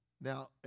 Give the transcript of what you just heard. Now